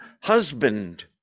husband